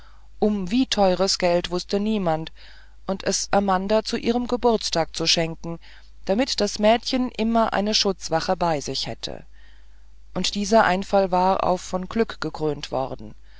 um wie teures geld wußte niemand und es amanda zu ihrem geburtstag zu schenken damit das mädchen immer eine schutzwache bei sich hätte und dieser einfall war auch von glück gekrönt worden